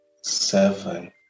seven